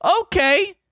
Okay